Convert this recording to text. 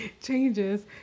changes